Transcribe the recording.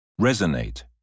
Resonate